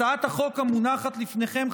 הצעת החוק המונחת לפניכם,